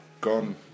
gone